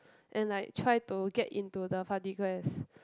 and like try to get into the party quest